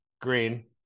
green